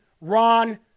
Ron